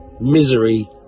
misery